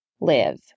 live